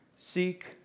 seek